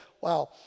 Wow